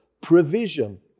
provision